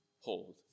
hold